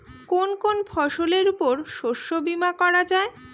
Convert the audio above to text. কোন কোন ফসলের উপর শস্য বীমা করা যায়?